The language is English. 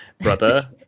Brother